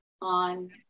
on